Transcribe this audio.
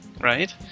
right